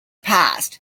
past